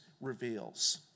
reveals